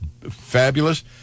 fabulous